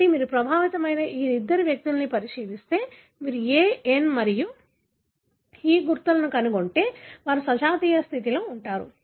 కాబట్టి మీరు ప్రభావితమైన ఈ ఇద్దరు వ్యక్తులను పరిశీలిస్తే మరియు మీరు A N మరియు E గుర్తులను కనుగొంటే వారు సజాతీయ స్థితిలో ఉంటారు